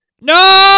no